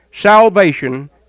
Salvation